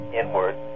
inward